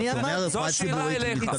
זאת השאלה אלייך.